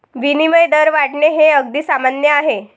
विनिमय दर वाढणे हे अगदी सामान्य आहे